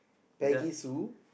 Peggy Sue